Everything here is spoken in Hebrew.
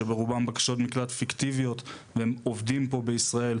שברובם בקשות מקלט פיקטיביות והם עובדים פה בישראל.